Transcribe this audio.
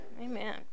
Amen